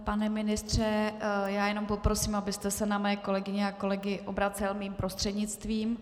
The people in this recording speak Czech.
Pane ministře, jenom poprosím, abyste se na mé kolegyně a kolegy obracel mým prostřednictvím.